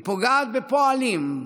היא פוגעת בפועלים,